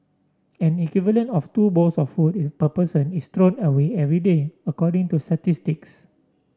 an equivalent of two bowls of food per person is thrown away every day according to statistics